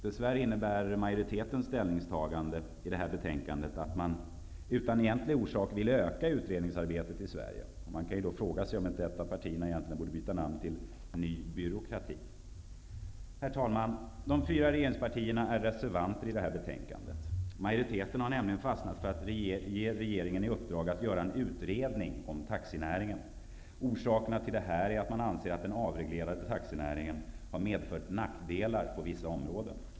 Dessvärre innebär majoritetens ställningstagande i detta ärende att man, utan egentlig orsak, vill öka utredningsarbetet i Sverige. Man kan då fråga sig om inte ett av partierna egentligen borde byta namn till ''Ny byråkrati''. Herr talman! De fyra regeringspartierna är reservanter till detta betänkande. Majoriteten har nämligen fastnat för att ge regeringen i uppdrag att göra en utredning om taxinäringen. Orsakerna till detta är att man anser att den avreglerade taxinäringen har medfört nackdelar på vissa områden.